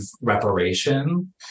reparation